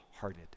hearted